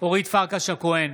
אורית פרקש הכהן,